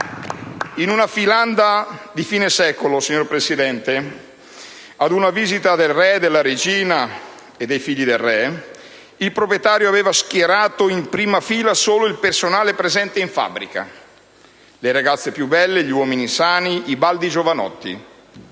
In una filanda di fine secolo, signor Presidente, ad una visita del re e della regina e dei figli del re, il proprietario aveva schierato in prima fila solo il personale presente in fabbrica: le ragazze più belle, gli uomini sani, i baldi giovanotti.